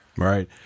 Right